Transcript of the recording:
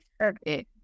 Okay